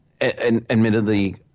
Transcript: admittedly